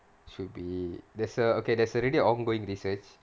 should be there's a okay there's already a ongoing research